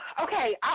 Okay